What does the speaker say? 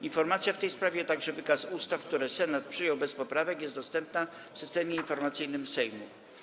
Informacja w tej sprawie, a także wykaz ustaw, które Senat przyjął bez poprawek, są dostępne w Systemie Informacyjnym Sejmu.